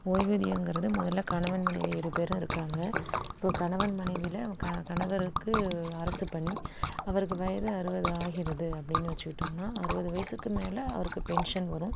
ஓய்வூதியோங்கிறது முதல்ல கணவன் மனைவி இரு பேரும் இருக்காங்க இப்போது கணவன் மனைவியில் கணவருக்கு அரசு பணி அவருக்கு வயது அறுபது ஆகிறது அப்டின்னு வச்சுகிட்டோம்னால் அறுபது வயதுக்கு மேல் அவருக்கு பென்ஷன் வரும்